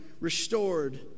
restored